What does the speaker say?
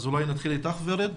נתחיל עם ורד.